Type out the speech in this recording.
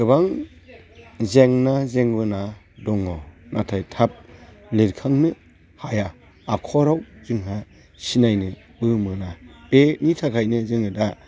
गोबां जेंना जेंगोना दङ नाथाय थाब लिरखांनो हाया आखरा जोंहा सिनायनोबो मोना बेनिथाखायनो जोङो दा